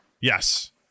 yes